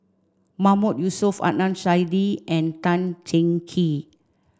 Mahmood Yusof Adnan Saidi and Tan Cheng Kee